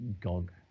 GOG